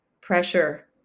pressure